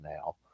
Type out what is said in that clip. now